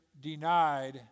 denied